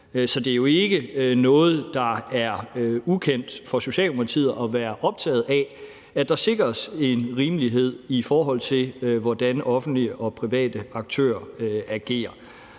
Så det er jo ikke noget, der er ukendt for Socialdemokratiet at være optaget af, altså at der sikres en rimelighed, i forhold til hvordan offentlige og private aktører agerer.